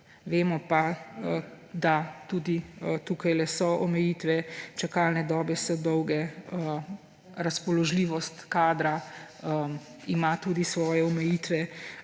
Vemo pa, da so tudi tu omejitve, čakalne dobe so dolge, razpoložljivost kadra ima tudi svoje omejitve.